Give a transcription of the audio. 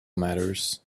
matters